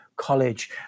college